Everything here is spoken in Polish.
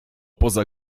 poza